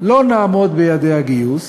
לא נעמוד ביעדי הגיוס